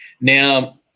Now